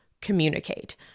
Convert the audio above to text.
communicate